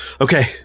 Okay